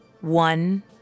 one